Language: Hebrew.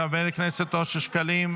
חבר הכנסת אושר שקלים,